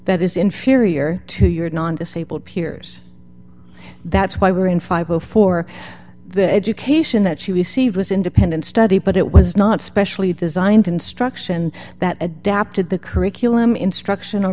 that is inferior to your non disabled peers that's why we are in fifty dollars for the education that she received was independent study but it was not specially designed instruction that adapted the curriculum instruction or